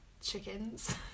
chickens